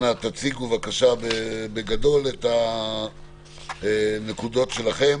אנא תציגו את הנקודות שלכם.